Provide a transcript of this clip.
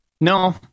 No